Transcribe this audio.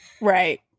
Right